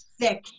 thick